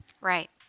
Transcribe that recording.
Right